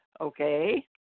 okay